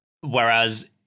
Whereas